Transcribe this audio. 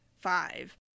five